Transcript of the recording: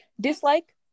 Dislike